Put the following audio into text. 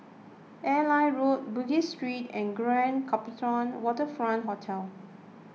Airline Road Bugis Street and Grand Copthorne Waterfront Hotel